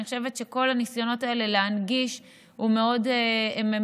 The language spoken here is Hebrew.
אני חושבת שכל הניסיונות האלה להנגיש הם מאוד מבורכים.